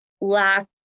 lack